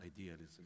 idealism